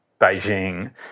Beijing